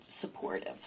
supportive